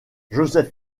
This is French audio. joseph